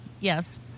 Yes